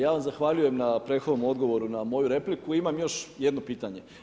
Ja vam zahvaljujem na prethodnom odgovoru na moju repliku, imam još jedno pitanje.